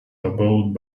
about